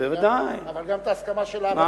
אבל גם את ההסכמה של הערבים.